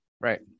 right